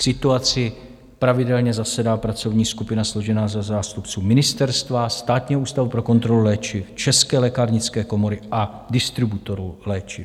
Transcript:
K situaci pravidelně zasedá pracovní skupina složená ze zástupců ministerstva, Státního ústavu pro kontrolu léčiv, České lékárnické komory a distributorů léčiv.